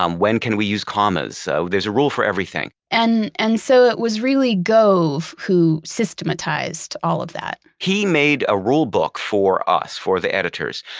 um when can we use commas. so there's a rule for everything. and and so it was really gove who systematized all of that he made a rule book for us, for the editors,